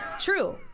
True